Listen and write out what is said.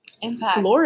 impact